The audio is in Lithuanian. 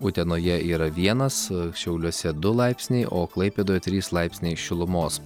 utenoje yra vienas šiauliuose du laipsniai o klaipėdoje trys laipsniai šilumos